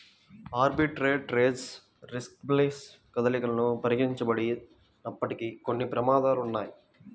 arbitrage trades riskless కదలికలను పరిగణించబడినప్పటికీ, కొన్ని ప్రమాదాలు ఉన్నయ్యి